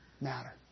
matter